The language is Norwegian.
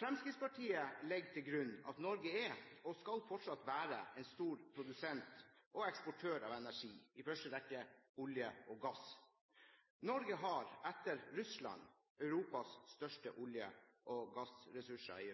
Fremskrittspartiet legger til grunn at Norge er og skal fortsatt være en stor produsent og eksportør av energi – i første rekke olje og gass. Norge har – etter Russland – Europas største olje- og gassressurser.